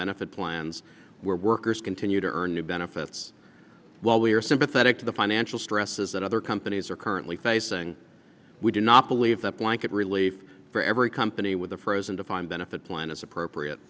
benefit plans where workers continue to earn new benefits while we are sympathetic to the financial stresses that other companies are currently facing we do not believe that blanket relief for every company with a frozen defined benefit plan is appropriate